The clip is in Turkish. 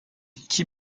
iki